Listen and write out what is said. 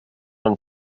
von